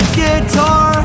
guitar